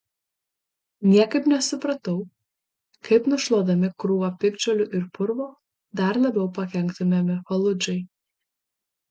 niekaip nesupratau kaip nušluodami krūvą piktžolių ir purvo dar labiau pakenktumėme faludžai